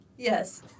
Yes